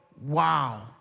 wow